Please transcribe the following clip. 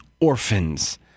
orphans